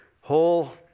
whole